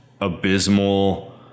abysmal